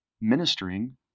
ministering